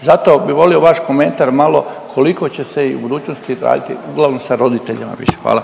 Zato bih volio vaš komentar malo koliko će se i u budućnosti raditi uglavnom sa roditeljima? Hvala.